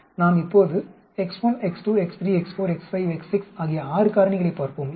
நாம் இப்போது x1 x2 x3 x4 x5 x6 ஆகிய ஆறு காரணிகளைப் பார்ப்போம்